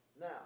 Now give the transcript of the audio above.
Now